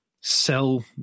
sell